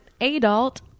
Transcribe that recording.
adult